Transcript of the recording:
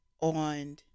on